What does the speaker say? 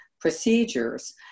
procedures